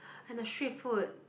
and the street food